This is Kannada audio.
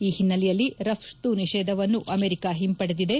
ಈ ಹಿನ್ನೆಲೆಯಲ್ಲಿ ರಫ್ತು ನಿಷೇಧವನ್ನು ಅಮೆರಿಕ ಹಿಂಪಡೆದಿದೆ